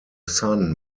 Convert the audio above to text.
sun